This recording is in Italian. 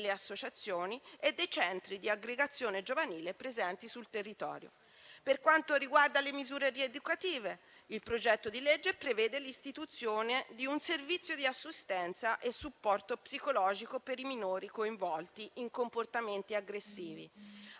associazioni e dei centri di aggregazione giovanile presenti sul territorio. Per quanto riguarda le misure rieducative, il disegno di legge prevede l'istituzione di un servizio di assistenza e supporto psicologico per i minori coinvolti in comportamenti aggressivi,